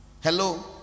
Hello